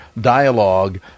dialogue